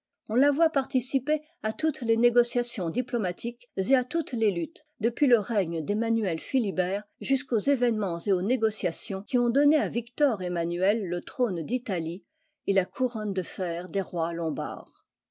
on la voit participer à toutes les négociations diplomatiques et à toutes les luttes depuis le règne demmanuel philibert jusqu'aux événements et aux négociations qui ont donné à victor emmanuel le trône d'italie et la couronne de fer des rois lombards